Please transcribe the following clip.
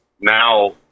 now